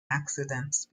accidents